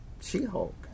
She-Hulk